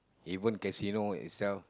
even casino itself